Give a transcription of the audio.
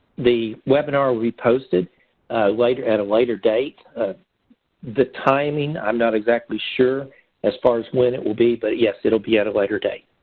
the webinar we posted at a later date the timing i'm not exactly sure as far as when it will be but yes, it will be at a later date.